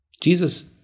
Jesus